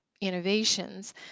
innovations